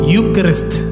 Eucharist